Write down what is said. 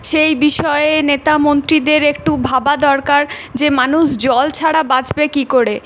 সেই বিষয়ে নেতা মন্ত্রীদের একটু ভাবা দরকার যে মানুষ জল ছাড়া বাঁচবে কী করে